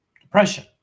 depression